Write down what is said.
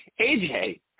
AJ